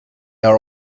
are